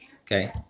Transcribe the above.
Okay